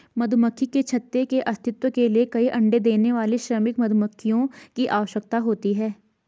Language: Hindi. मधुमक्खी के छत्ते के अस्तित्व के लिए कई अण्डे देने वाली श्रमिक मधुमक्खियों की आवश्यकता होती है